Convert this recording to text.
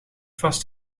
vast